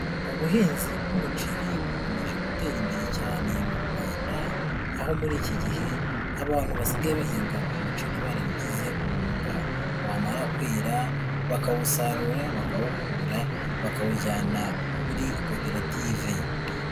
Ubuhinzi bw'umuceri bukomeje gutera imbere cyane mu Rwanda aho muri iki gihe abantu basigaye bahinga umuceri barabigize umwuga wamara kwera bakawusarura, bakawuhura, bakawujyana kuri koperative.